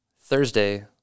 Thursday –